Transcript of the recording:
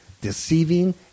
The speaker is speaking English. deceiving